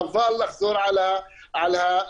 חבל לחזור על הדיונים,